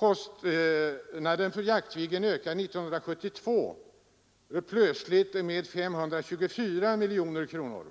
Kostnaderna för jaktversionen av Viggen ökade 1972 plötsligt med 524 miljoner kronor